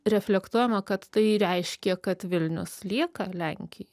reflektuojama kad tai reiškė kad vilnius lieka lenkijai